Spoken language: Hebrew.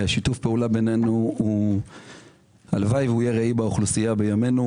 שיתוף הפעולה בינינו הלוואי שיהיה ראי באוכלוסייה בינינו.